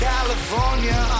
California